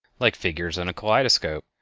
like figures in a kaleidoscope,